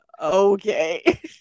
okay